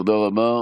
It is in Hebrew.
תודה רבה.